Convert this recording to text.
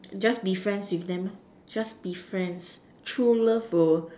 just be friends with them lor just be friends true love will